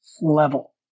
level